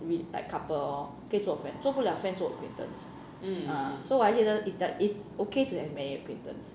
be like couple hor 可以做 friend 做不了 friend 做 acquaintance uh so 我还觉得 is that it's ok to have many acquaintance